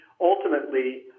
ultimately